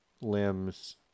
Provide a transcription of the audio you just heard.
limbs